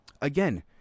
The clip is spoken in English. again